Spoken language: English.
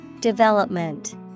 Development